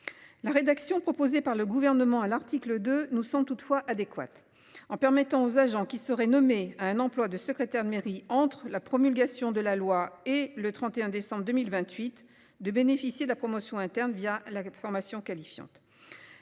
La rédaction proposée par le gouvernement à l'article de nous sans toutefois adéquate en permettant aux agents qui serait nommés à un emploi de secrétaire de mairie entre la promulgation de la loi et le 31 décembre 2028, de bénéficier de la promotion interne via la formation qualifiante.